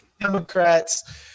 Democrats